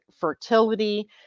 fertility